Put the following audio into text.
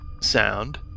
sound